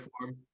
form